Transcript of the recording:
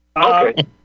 Okay